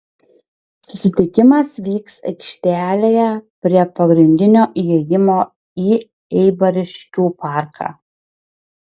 susitikimas vyks aikštelėje prie pagrindinio įėjimo į eibariškių parką